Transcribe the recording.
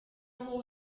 aho